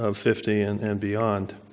ah fifty and and beyond.